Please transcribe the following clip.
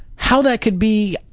how that could be,